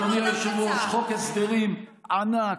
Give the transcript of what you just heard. אדוני היושב-ראש, חוק הסדרים ענק,